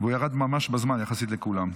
והוא ירד ממש בזמן יחסית לכולם.